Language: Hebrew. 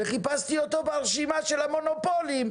וחיפשתי אותו ברשימה של המונופולים,